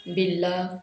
Birla